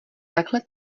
takhle